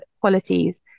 qualities